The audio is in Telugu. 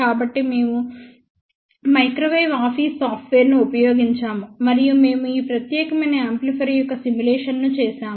కాబట్టి మేము మైక్రోవేవ్ ఆఫీస్ సాఫ్ట్వేర్ను ఉపయోగించాము మరియు మేము ఈ ప్రత్యేకమైన యాంప్లిఫైయర్ యొక్క సిములేషన్ ను చేసాము